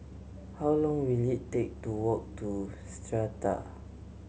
how long will it take to walk to Strata